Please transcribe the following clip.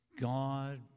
God